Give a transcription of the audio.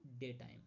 daytime